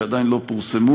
שעדיין לא פורסמו.